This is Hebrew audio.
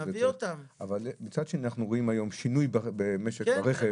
אבל מצד שני, אנחנו רואים היום שינוי במשק הרכב.